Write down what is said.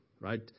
Right